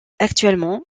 actuellement